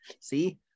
See